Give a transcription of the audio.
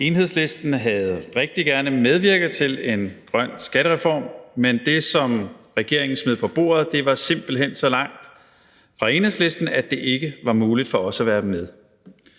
Enhedslisten havde rigtig gerne medvirket til en grøn skattereform, men det, som regeringen smed på bordet, var simpelt hen så langt fra Enhedslisten, at det ikke var muligt for os at være med.